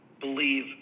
believe